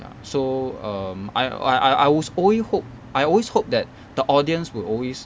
ya so um I I I I was only hope I always hope that the audience would always